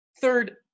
Third